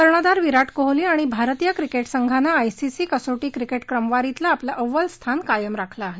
कर्णधार विराट कोहली आणि भारतीय क्रिकेट संघानं आयसीसी कसोटी क्रिकेट क्रमवारीतलं आपलं अव्वल स्थान कायम राखलं आहे